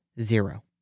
zero